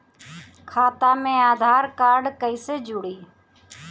खाता मे आधार कार्ड कईसे जुड़ि?